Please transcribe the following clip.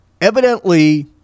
Evidently